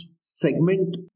segment